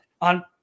on